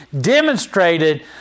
demonstrated